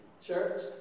church